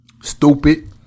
Stupid